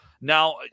Now